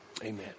amen